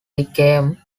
became